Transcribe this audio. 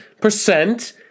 percent